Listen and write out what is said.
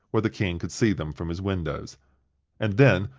where the king could see them from his windows and then,